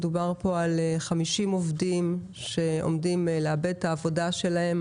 מדובר פה על 50 עובדים שעומדים לאבד את העבודה שלהם,